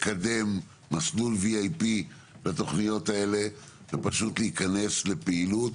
לקדם מסלול IVP לתוכניות האלה ופשוט להיכנס לפעילות